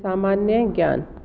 सामान्य ज्ञान